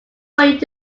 want